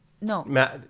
No